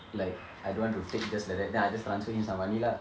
like I don't want to take just like that then I just transfer him some money lah